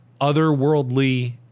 otherworldly